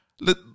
let